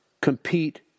compete